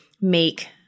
make –